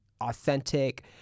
authentic